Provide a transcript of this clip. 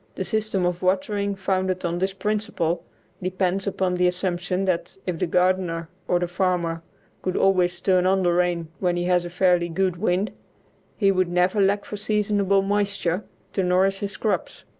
the system of watering founded on this principle depends upon the assumption that if the gardener or the farmer could always turn on the rain when he has a fairly good wind he would never lack for seasonable moisture to nourish his crops.